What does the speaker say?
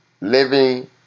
living